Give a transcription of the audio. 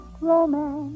romance